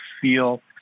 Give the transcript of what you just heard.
feel